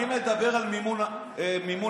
אני מדבר על מימון המונים.